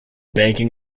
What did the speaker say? banking